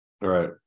right